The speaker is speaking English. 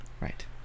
Right